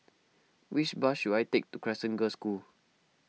which bus should I take to Crescent Girls' School